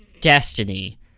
destiny